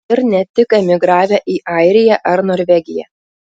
ir ne tik emigravę į airiją ar norvegiją